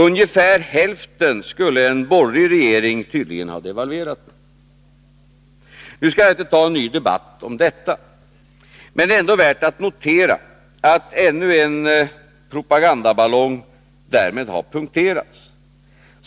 Ungefär hälften skulle en borgerlig regering tydligen ha devalverat med. Nu skall jag inte ta en ny debatt om detta, men det är ändå värt att notera att ännu en propagandaballong därmed har punkterats.